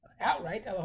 outright